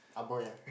Ah boy ah